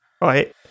right